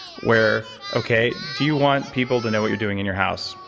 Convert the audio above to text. where, okay, do you want people to know what you're doing in your house?